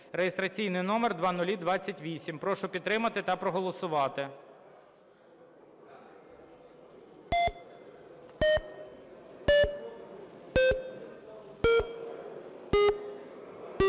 (реєстраційний номер 0028). Прошу підтримати та проголосувати.